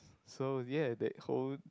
so ya that whole